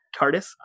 TARDIS